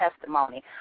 testimony